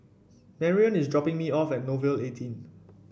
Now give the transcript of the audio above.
Marrion is dropping me off at Nouvel eighteen